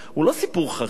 הוא לא סיפור חריג.